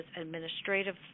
administrative